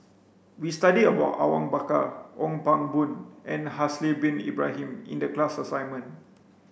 we studied about Awang Bakar Ong Pang Boon and Haslir Bin Ibrahim in the class assignment